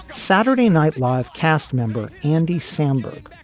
saturday night live cast member andy samberg,